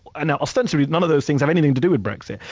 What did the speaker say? now, ostensibly, none of those things have anything to do with brexit,